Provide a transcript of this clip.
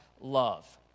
love